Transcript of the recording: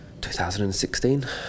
2016